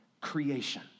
creation